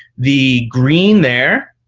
the green there,